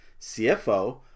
CFO